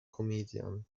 comedian